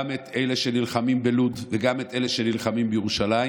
גם את אלה שנלחמים בלוד וגם את אלה שנלחמים בירושלים.